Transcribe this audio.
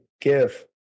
give